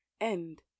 End